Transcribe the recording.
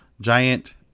giant